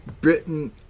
Britain